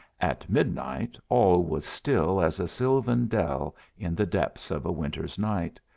at midnight all was still as a sylvan dell in the depths of a winter's night,